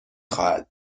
خواهد